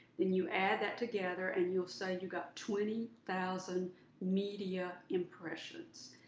then you add that together and you've say and you got twenty thousand media impressions.